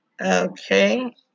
Okay